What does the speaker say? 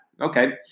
Okay